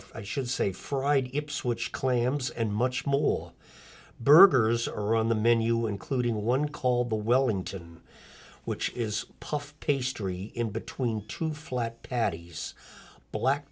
deep i should say fried ipswich clams and much more burgers are on the menu including one called the wellington which is puff pastry in between two flat patties black